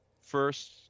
first